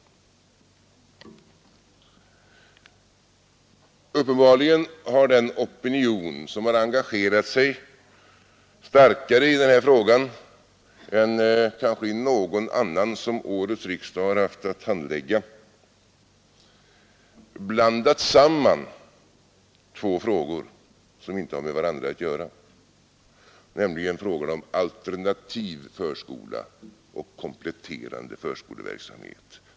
Uppenbarligen har den opinion som engagerat sig starkare i denna fråga än i någon annan som årets riksdag haft att handlägga blandat samman två företeelser, som inte har med varandra att göra, nämligen alternativ förskola och kompletterande förskoleverksamhet.